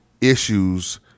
issues